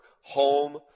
home